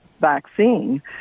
vaccine